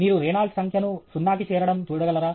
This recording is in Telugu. మీరు రేనాల్డ్ సంఖ్యను సున్నాకి చేరడం చూడగలరా